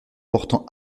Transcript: portant